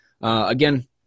Again